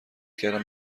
کردم